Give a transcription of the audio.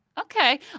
Okay